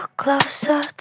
closer